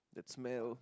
that smell